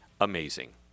amazing